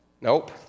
Nope